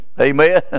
Amen